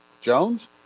Jones